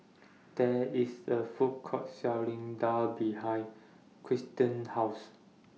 There IS A Food Court Selling Daal behind Kirsten's House